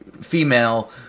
female